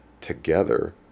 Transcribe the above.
together